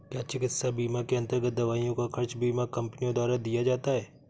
क्या चिकित्सा बीमा के अन्तर्गत दवाइयों का खर्च बीमा कंपनियों द्वारा दिया जाता है?